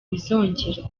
bizongera